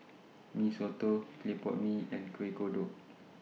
Mee Soto Clay Pot Mee and Kuih Kodok